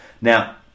now